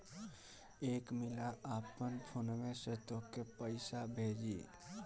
एक मिला आपन फोन्वे से तोके पइसा भेजी